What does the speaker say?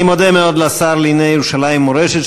אני מודה מאוד לשר לירושלים ומורשת,